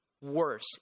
worse